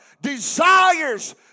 desires